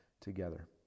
together